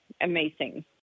Amazing